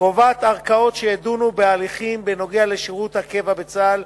קובעת ערכאות שידונו בהליכים בנוגע לשירות הקבע בצה"ל,